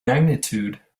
magnitude